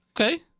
okay